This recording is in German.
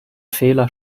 fehler